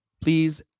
Please